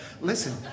Listen